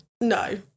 No